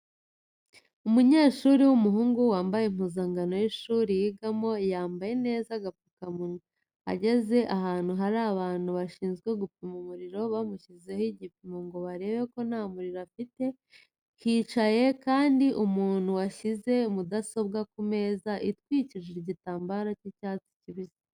Umunyeshuri w'umuhungu wambaye impuzankano y'ishuri yigamo yambaye neza agapfukamunwa,, ageze ahantu hari abantu bashinzwe gupima umuriro bamushyizeho igipimo ngo barebe ko nta muriro afite, hicaye kandi umuntu washyize mudasobwa ku meza atwikirije igitambaro cy'icyatsi kibisi.